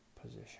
position